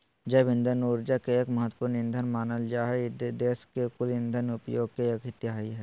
जैव इंधन ऊर्जा के एक महत्त्वपूर्ण ईंधन मानल जा हई देश के कुल इंधन उपयोग के एक तिहाई हई